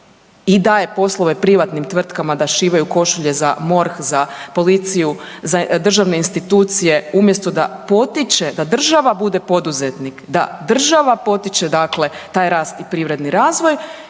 i daje poslove privatnim tvrtkama da šivaju košulje za MORH, za policiju, za državne institucije umjesto da potiče da država bude poduzetnik, da država potiče taj rast i privredni razvoj